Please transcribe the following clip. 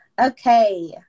okay